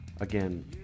Again